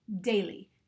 daily